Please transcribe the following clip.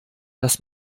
dass